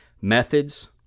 Methods